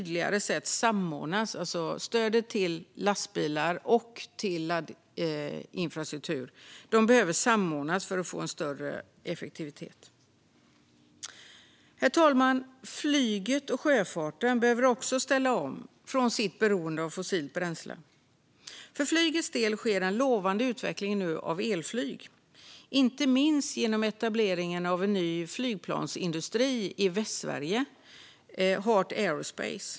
Dessa stöd till lastbilar och till laddinfrastruktur behöver på ett tydligare sätt samordnas för att få en större effektivitet. Herr talman! Flyget och sjöfarten behöver också ställa om från sitt beroende av fossilt bränsle. För flygets del sker nu en lovande utveckling av elflyg, inte minst genom etableringen av en ny flygplansindustri i Västsverige, Heart Aerospace.